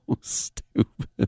stupid